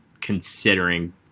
considering